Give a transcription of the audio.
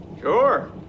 Sure